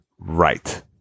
Right